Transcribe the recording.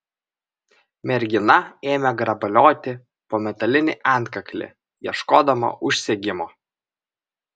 mergina ėmė grabalioti po metalinį antkaklį ieškodama užsegimo